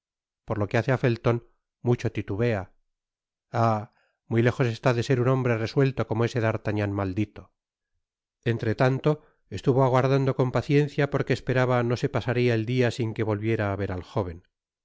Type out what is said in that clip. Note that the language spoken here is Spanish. por lo que h ce á felton mucho titubea ah i muy lejos está de ser un hombre resuelto como ese d'artagnan maldito entretanto estuvo aguardando con impaciencia porque esperaba no se pasaria et dia sin que volviera á ver al joven por